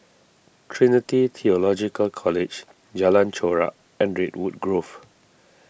Trinity theological College Jalan Chorak and Redwood Grove